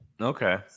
Okay